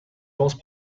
most